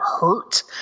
hurt